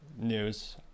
news